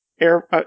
air